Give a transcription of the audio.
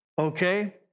okay